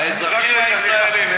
האזרחים הישראלים.